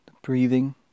Breathing